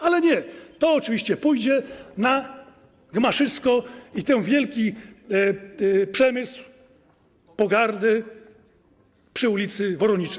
Ale nie, to oczywiście pójdzie na gmaszysko i ten wielki przemysł pogardy przy ul. Woronicza.